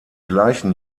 gleichen